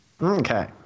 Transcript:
Okay